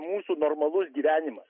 mūsų normalus gyvenimas